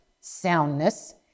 soundness